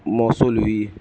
موصول ہوئی